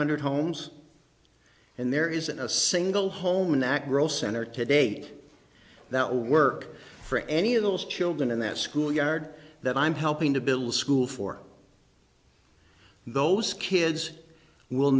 hundred homes and there isn't a single home in that role center to date that will work for any of those children in that school yard that i'm helping to build a school for those kids will